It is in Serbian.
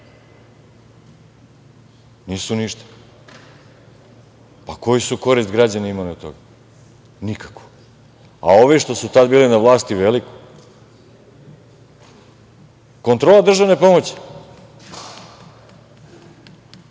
Nisu ništa. Pa, koju su korist građani imali od toga? Nikakvu. A, ovi što su tad bili na vlasti, veliku. Kontrola državne pomoći,